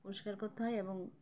পরিষ্কার করতে হয় এবং